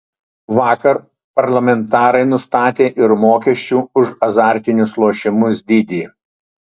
vakar parlamentarai nustatė ir mokesčių už azartinius lošimus dydį